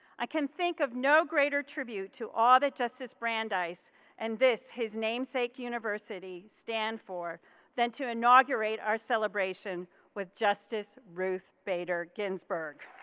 i can think of no greater tribute to all that justice brandeis and this his namesake university stand for than to inaugurate our celebration with justice ruth bader ginsburg.